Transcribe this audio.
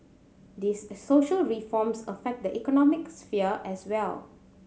these social reforms affect the economic sphere as well